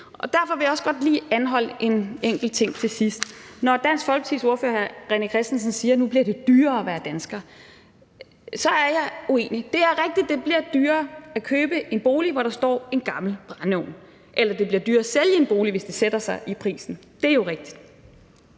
Derfor vil jeg også godt lige anholde en enkelt ting til sidst. Når Dansk Folkepartis ordfører, hr. René Christensen, siger, at nu bliver det dyrere at være dansker, så er jeg uenig. Det er rigtigt, at det bliver dyrere at købe en bolig, hvor der står en gammel brændeovn – eller det bliver dyrere at sælge en bolig, hvis det sætter sig i prisen. Det er jo rigtigt.